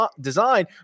design